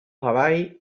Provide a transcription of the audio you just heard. hawaï